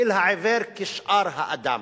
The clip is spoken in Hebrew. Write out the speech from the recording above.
אל העיוור כאל שאר האדם,